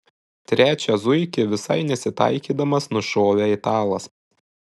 trečią zuikį visai nesitaikydamas nušovė italas